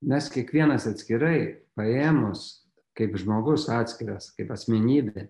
mes kiekvienas atskirai paėmus kaip žmogus atskiras kaip asmenybė